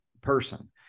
person